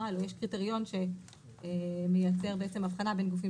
יש קריטריון שמייצר הבחנה בין גופים